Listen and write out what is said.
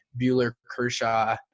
Bueller-Kershaw